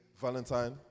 Valentine